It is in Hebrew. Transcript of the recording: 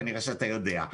כנראה שאתה יודע,